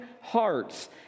hearts